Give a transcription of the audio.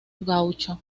gaucho